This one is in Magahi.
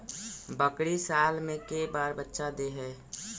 बकरी साल मे के बार बच्चा दे है?